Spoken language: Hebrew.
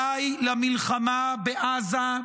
די למלחמה בעזה,